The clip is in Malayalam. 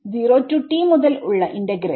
0 to t മുതൽ ഉള്ള ഇന്റഗ്രൽ